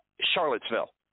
Charlottesville